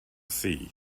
sea